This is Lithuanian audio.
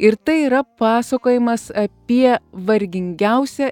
ir tai yra pasakojimas apie vargingiausią